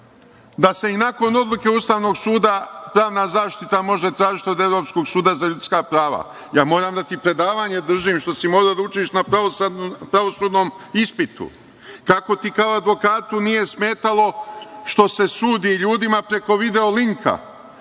da se i nakon odluke Ustavnog suda pravna zaštita može tražiti od Evropskog suda za ljudska prava. Moram predavanje da ti držim što si morao da učiš na pravosudnom ispitu. Kako ti kao advokatu nije smetalo što se sudi ljudima preko video-linka,